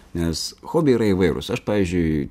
nes hobiai yra įvairūs aš pavyzdžiui